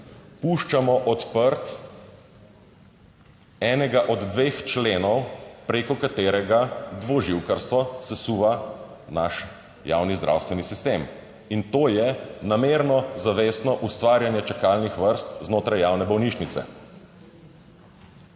puščamo odprt enega od dveh členov preko katerega dvoživkarstvo sesuva naš javni zdravstveni sistem in to je namerno, zavestno ustvarjanje čakalnih vrst znotraj javne bolnišnice.